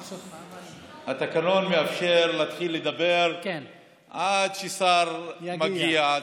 התקנון מאפשר להתחיל לדבר עד ששר מגיע.